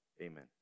Amen